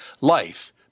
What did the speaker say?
Life